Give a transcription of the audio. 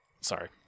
Sorry